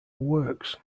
works